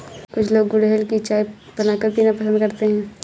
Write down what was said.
कुछ लोग गुलहड़ की चाय बनाकर पीना पसंद करते है